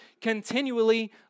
continually